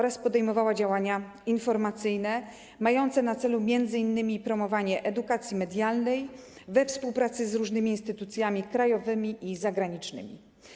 Rada podejmowała też działania informacyjne mające na celu m.in. promowanie edukacji medialnej we współpracy z różnymi instytucjami krajowymi i zagranicznymi.